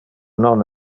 non